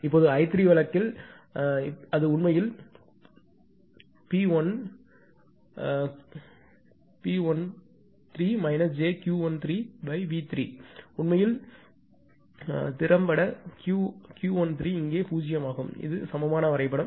இப்போது i3 முறையில் i3 இப்போது அது உண்மையில் V3 உண்மையில் திறம்பட Ql3 இங்கே 0 ஆகும் இது சமமான வரைபடம்